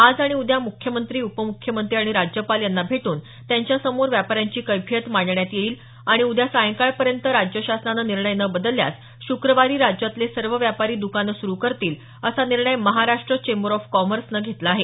आज आणि उद्या मुख्यमंत्री उपमुख्यमंत्री आणि राज्यपाल यांना भेटून त्यांच्या समोर व्यापाऱ्यांची कैफीयत मांडण्यात येईल आणि उद्या सायंकाळ पर्यंत राज्य शासनानं निर्णय न बदलल्यास शुक्रवारी राज्यातले सर्व व्यापारी दुकानं सुरू करतील असा निर्णय महाराष्ट्र चेंबर ऑफ कॉमर्सनं घेतला आहे